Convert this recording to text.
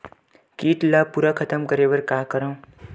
कीट ला पूरा खतम करे बर का करवं?